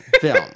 film